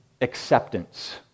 acceptance